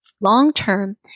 long-term